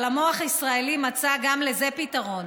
אבל המוח הישראלי מצא גם לזה פתרון: